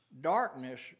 Darkness